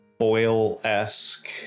oil-esque